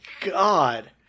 God